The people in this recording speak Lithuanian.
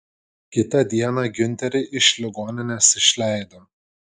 kitą dieną giunterį iš ligoninės išleido